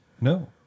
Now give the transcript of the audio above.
No